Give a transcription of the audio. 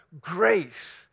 grace